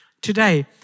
Today